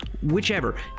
whichever